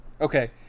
Okay